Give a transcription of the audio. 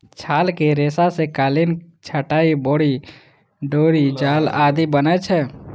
छालक रेशा सं कालीन, चटाइ, डोरि, बोरी जाल आदि बनै छै